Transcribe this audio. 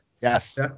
Yes